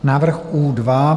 Návrh U2.